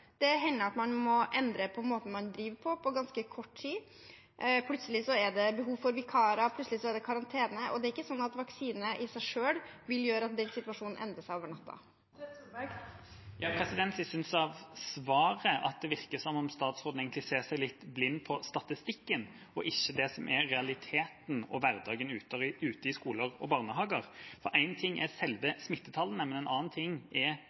Det hender at man på ganske kort tid må endre på måten man driver på. Plutselig er det behov for vikarer, plutselig er det karantene, og det er ikke slik at vaksine i seg selv vil gjøre at den situasjonen endrer seg over natta. Jeg synes av svaret at det virker som om statsråden egentlig ser seg litt blind på statistikken og ikke ser det som er realiteten og hverdagen ute i skoler og barnehager. For én ting er selve smittetallene, men en annen ting er